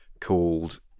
called